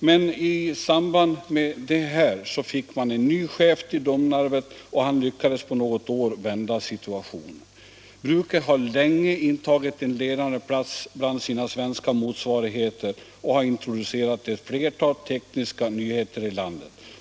Men i samband med det fick man en ny chef till Domnarvet, och han lyckades på något år vända situationen. Bruket har länge intagit en ledande plats bland sina svenska motsvarigheter och introducerat ett flertal tekniska nyheter i landet.